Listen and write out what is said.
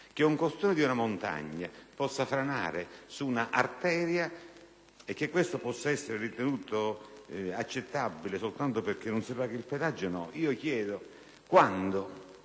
che un costone di una montagna possa franare su un'arteria e che questo possa essere ritenuto accettabile soltanto perché non si paga il pedaggio. Io chiedo quando